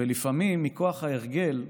ולפעמים, מכוח ההרגל,